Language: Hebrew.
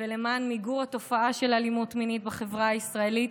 ולמען מיגור התופעה של אלימות מינית בחברה הישראלית,